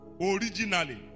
Originally